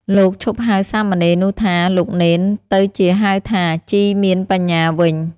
លោកឈប់ហៅសាមណេរនោះថា "លោកនេន" ទៅជាហៅថា "ជីមានបញ្ញា" វិញ។